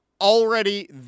Already